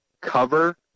cover